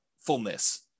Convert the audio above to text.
fullness